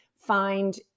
find